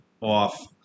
off